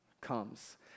comes